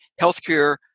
healthcare